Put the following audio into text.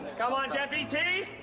come on, jeffy t.